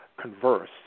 converse